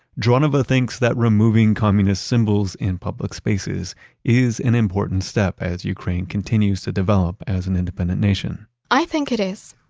dronova thinks that removing communist symbols in public spaces is an important step as ukraine continues to develop as an independent nation i think it is.